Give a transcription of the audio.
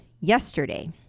yesterday